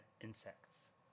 insects